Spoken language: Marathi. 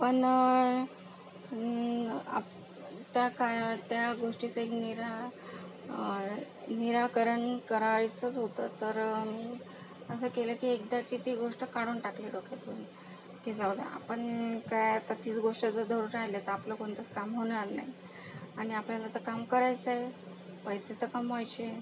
पण आप त्या काळात त्या गोष्टीचं एक निरा निराकरण करायचंच होतं तर मी असं केलं की एकदाची ती गोष्ट काढून टाकली डोक्यातून की जाऊ दे आपण काय आता तीच गोष्ट धरून राह्यलं तर आपलं कोणतंच काम होणार नाही आणि आपल्याला तर काम करायचं आहे पैसे तर कमवायचेय